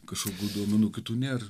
kažkokių duomenų kitų nėr